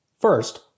First